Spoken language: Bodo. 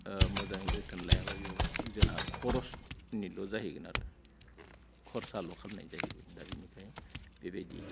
मोजाङै जोथोन लायाब्ला बेयाव जाहा खरसनिल' जाहैगोन आरो खरसाल' खालामनाय जाहैगोन दा बिनिखायनो बेबायदि